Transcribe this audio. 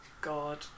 God